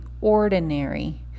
ordinary